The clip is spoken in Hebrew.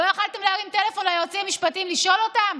לא יכולתם להרים טלפון ליועצים המשפטיים לשאול אותם?